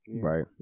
right